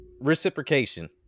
Reciprocation